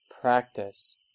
practice